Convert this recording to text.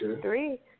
Three